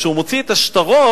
כשהוא מוציא את השטרות